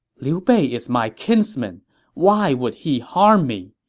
liu bei is my kinsman why would he harm me?